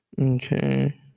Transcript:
Okay